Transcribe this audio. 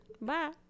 Bye